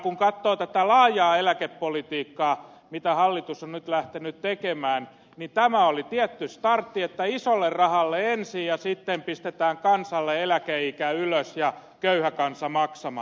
kun katsoo tätä laajaa eläkepolitiikkaa mitä hallitus on nyt lähtenyt tekemään niin tämä oli tietty startti että isolle rahalle ensin ja sitten pistetään kansalle eläkeikä ylös ja köyhä kansa maksamaan